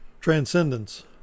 Transcendence